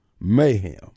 mayhem